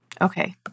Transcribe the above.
Okay